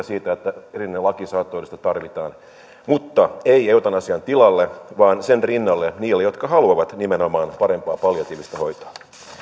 siitä että erillinen laki saattohoidosta tarvitaan mutta ei eutanasian tilalle vaan sen rinnalle niille jotka haluavat nimenomaan parempaa palliatiivista hoitoa